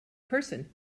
person